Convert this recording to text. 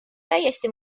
täiesti